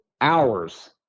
hours –